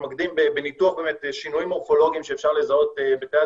שמתמקדים בניתוח שינויים מורפולוגיים שאפשר לזהות בתאי